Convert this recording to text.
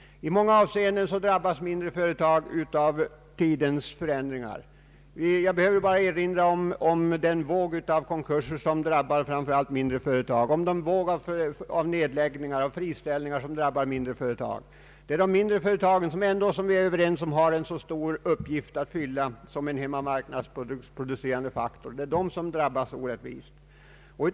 I många avseenden drabbas mindre företag av tidens förändringar. Jag behöver bara erinra om den våg av konkurser, nedläggningar och friställningar av arbetskraft som drabbar framför allt de mindre företagen. Vi är dock överens om att de mindre företagen har en stor uppgift att fylla i olika avseenden, bl.a. som hemmamarknadsproducerande faktor, och det är de som nu drabbas orättvist.